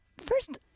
First